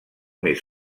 més